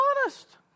Honest